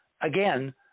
again